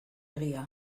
egia